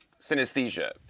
synesthesia